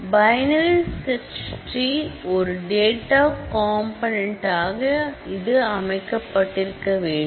பயணரிசர்ச் tree ஒரு data component ஆக இது அமைக்கப்பட்டிருக்க வேண்டும்